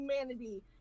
humanity